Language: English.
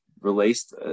released